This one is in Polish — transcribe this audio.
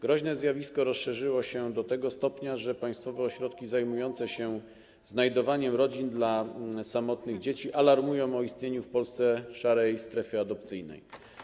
Groźne zjawisko rozszerzyło się do tego stopnia, że państwowe ośrodki zajmujące się znajdowaniem rodzin dla samotnych dzieci alarmują o istnieniu w Polsce szarej strefy adopcyjnej.